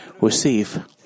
receive